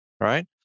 Right